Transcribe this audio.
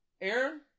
Aaron